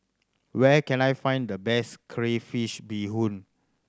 where can I find the best crayfish beehoon